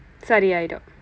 சரி ஆகிரும்:sari aakirum